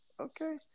okay